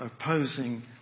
opposing